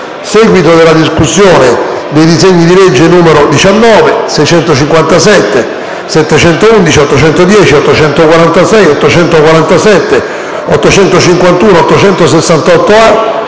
seguito della discussione dei disegni di legge nn. 19, 657, 711, 810, 846, 847, 851 e 868,